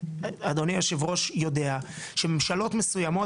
אדוני היושב ראש יודע שממשלות מסוימות,